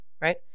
Right